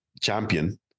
champion